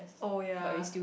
oh ya